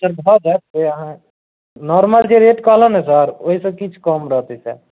sir भऽ जायत जे अहाँ नोर्मल जे रेट कहलहुँ ने सर ओहिसँ किछु कम रहतै सर